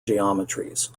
geometries